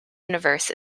universe